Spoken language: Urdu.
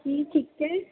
جی ٹھیک ہے